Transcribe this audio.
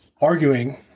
arguing